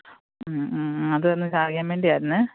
മ് മ് അതൊന്ന് അറിയാൻ വേണ്ടി ആയിരുന്നെ